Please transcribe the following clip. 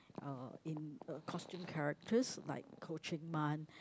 uh in uh costume characters like Koh Chieng Mun